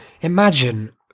Imagine